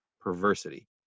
Perversity